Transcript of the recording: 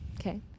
okay